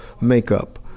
makeup